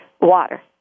water